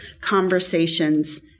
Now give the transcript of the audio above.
conversations